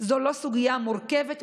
זו לא סוגיה מורכבת,